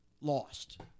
lost